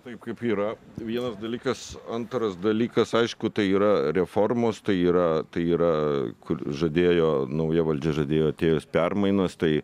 taip kaip yra vienas dalykas antras dalykas aišku tai yra reformos tai yra tai yra kur žadėjo nauja valdžia žadėjo atėjus permainas tai